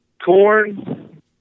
Corn